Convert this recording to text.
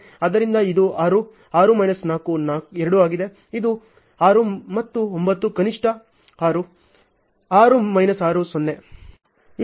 ಆದ್ದರಿಂದ ಇದು 6 6 ಮೈನಸ್ 4 2 ಆಗಿದೆ ಇದು 6 ಮತ್ತು 9 ಕನಿಷ್ಠ 6 6 ಮೈನಸ್ 6 0